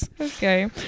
okay